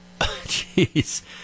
Jeez